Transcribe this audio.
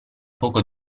poco